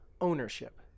Ownership